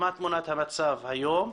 מה תמונת המצב היום.